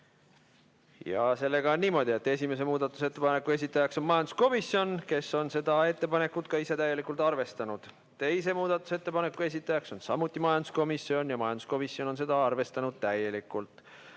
Sellega on niimoodi, et esimese muudatusettepaneku esitajaks on majanduskomisjon, kes on seda ettepanekut ka ise täielikult arvestanud. Teise muudatusettepaneku esitajaks on samuti majanduskomisjon ja majanduskomisjon on seda arvestanud täielikult.